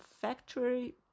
factory